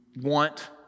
want